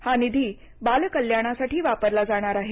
हा निधी बालकल्याणासाठी वापरला जाणार आहे